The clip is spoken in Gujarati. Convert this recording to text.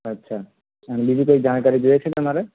અચ્છા અને બીજી કોઈ જાણકારી જોઈએ છે તમારે